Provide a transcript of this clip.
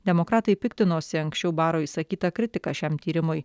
demokratai piktinosi anksčiau baro išsakyta kritika šiam tyrimui